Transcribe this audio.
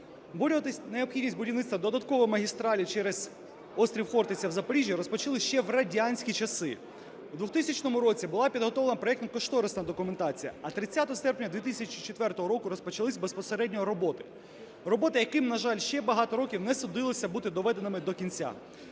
Виборювати необхідність будівництва додаткових магістралей через острів Хортиця в Запоріжжі розпочали ще в радянські часи. В 2000 році була підготовлена проектно-кошторисна документація, а 30 серпня 2004 року розпочались безпосередньо роботи, роботи, яким, на жаль, ще багато років не судилося бути доведеними до кінця.